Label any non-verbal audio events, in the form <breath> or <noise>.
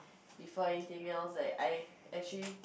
<breath> before anything else like I actually